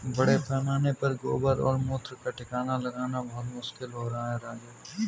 बड़े पैमाने पर गोबर और मूत्र का ठिकाना लगाना बहुत मुश्किल हो रहा है राजू